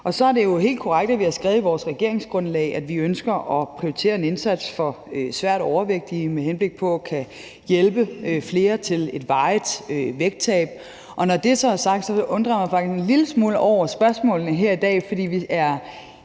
Så er det jo helt korrekt, at vi har skrevet i vores regeringsgrundlag, at vi ønsker at prioritere en indsats for svært overvægtige med henblik på at kunne hjælpe flere til et varigt vægttab. Når det så er sagt, undrer jeg mig faktisk en lille smule over spørgsmålene her i dag, for vi er